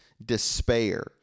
despair